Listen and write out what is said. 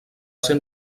ser